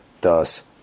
thus